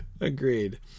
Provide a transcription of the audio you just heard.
agreed